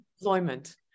Employment